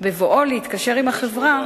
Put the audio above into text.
בבואו להתקשר עם החברה